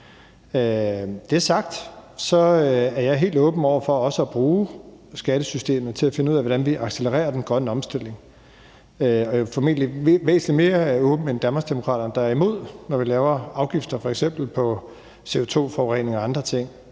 er sagt, er jeg også helt åben over for at bruge skattesystemet til at finde ud af, hvordan vi accelererer den grønne omstilling, og jeg er formentlig også væsentlig mere åben end Danmarksdemokraterne, der er imod, når vi laver afgifter, f.eks. på CO2-forurening og andre ting.